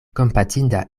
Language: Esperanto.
kompatinda